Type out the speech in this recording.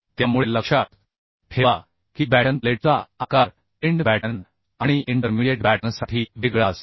त्यामुळे लक्षात ठेवा की बॅटन प्लेटचा आकार एंड बॅटन आणि इंटरमीडिएट बॅटनसाठी वेगळा असतो